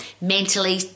mentally